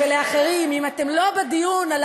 להגיד לי ולאחרים: אם אתם לא בדיון על